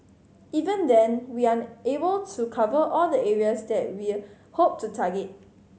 even then we are unable to cover all the areas that we hope to target